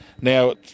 now